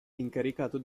incaricato